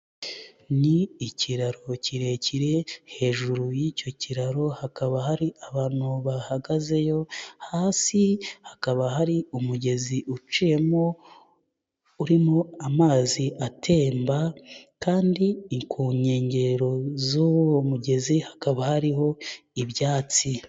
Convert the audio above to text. Ni ikiraro kirekire, hejuru y'icyo kiraro hakaba hari abantu bahagazeyo, hasi hakaba hari umugezi uciyemo, urimo amazi atemba kandi ku nkengero z'uwo mugezi, hakaba hariho ibyatsi.